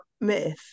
myth